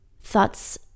thoughts